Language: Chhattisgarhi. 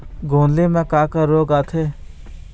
गोंदली म का का रोग आथे?